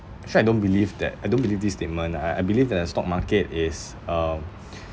actually I don't believe that I don't believe this statement I I believe that the stock market is um